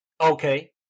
Okay